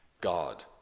God